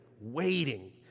waiting